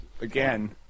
again